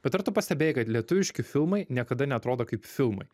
bet ar tu pastebėjai kad lietuviški filmai niekada neatrodo kaip filmai